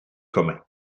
comin